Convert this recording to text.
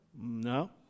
No